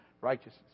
righteousness